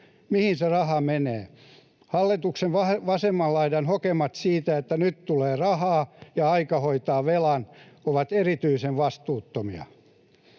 Mihin se raha menee? Hallituksen vasemman laidan hokemat siitä, että nyt tulee rahaa ja aika hoitaa velan, ovat erityisen vastuuttomia.